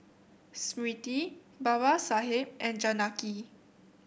Smriti Babasaheb and Janaki